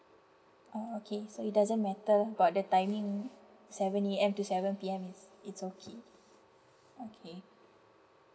oh okay so it doesn't matter about the timing seven A_M to seven P_M it's okay okay